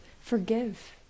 forgive